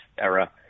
era